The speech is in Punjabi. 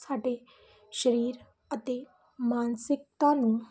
ਸਾਡੇ ਸਰੀਰ ਅਤੇ ਮਾਨਸਿਕਤਾ ਨੂੰ